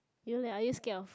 you leh are you scared of